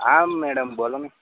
હા મેડમ બોલોને